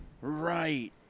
Right